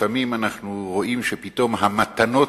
לפעמים אנחנו רואים שפתאום המתנות